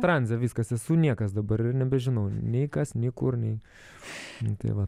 transe viskas esu niekas dabar ir nebežinau nei kas nei kur nei nu tai va